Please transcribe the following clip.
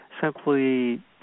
simply